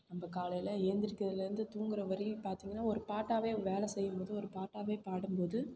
நம்ம காலையில் ஏழுந்திரிக்கறதுலேருந்து தூங்கற வரையும் பாத்தீங்கன்னா ஒரு பாட்டாகவே வேலை செய்யும்போது ஒரு பாட்டாகவே பாடும்போது